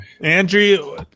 Andrew